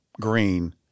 green